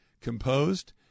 composed